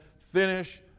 finish